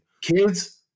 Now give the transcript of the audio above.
Kids